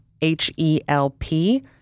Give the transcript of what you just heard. H-E-L-P